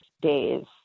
day's